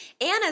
Anna